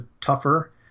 tougher